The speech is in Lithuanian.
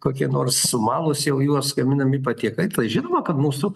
kokie nors sumalus jau juos gaminami patiekalai tai žinoma kad mūsų